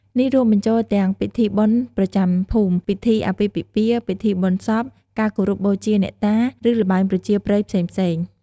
នេះរួមបញ្ចូលទាំងពិធីបុណ្យប្រចាំភូមិ ពិធីអាពាហ៍ពិពាហ៍ ពិធីបុណ្យសព ការគោរពបូជាអ្នកតា ឬល្បែងប្រជាប្រិយផ្សេងៗ។